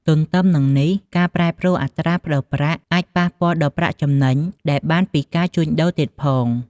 ទទ្ទឹមនឹងនេះការប្រែប្រួលអត្រាប្តូរប្រាក់អាចប៉ះពាល់ដល់ប្រាក់ចំណេញដែលបានពីការជូញដូរទៀតផង។